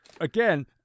Again